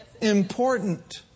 important